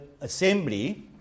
assembly